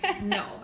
No